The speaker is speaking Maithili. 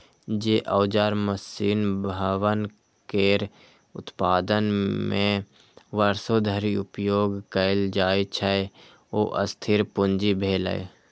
जे औजार, मशीन, भवन केर उत्पादन मे वर्षों धरि उपयोग कैल जाइ छै, ओ स्थिर पूंजी भेलै